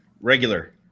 Regular